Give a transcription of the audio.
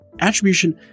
Attribution